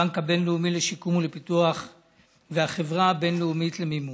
הבנק הבין-לאומי לשיקום ולפיתוח והחברה הבין-לאומית למימון.